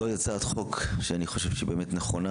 זו היא הצעת חוק שאני חושב שהיא באמת נכונה,